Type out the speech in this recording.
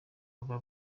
baba